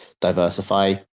diversify